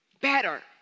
better